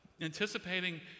anticipating